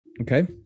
Okay